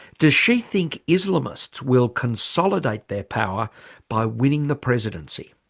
does she think islamists will consolidate their power by winning the presidency?